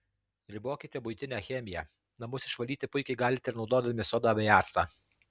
ribokite buitinę chemiją namus išvalyti puikiai galite ir naudodami sodą bei actą